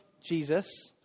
Jesus